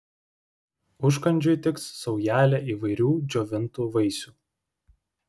užkandžiui tiks saujelė įvairių džiovintų vaisių